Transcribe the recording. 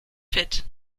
fit